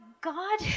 God